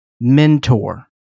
mentor